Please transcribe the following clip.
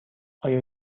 آیا